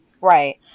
right